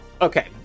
Okay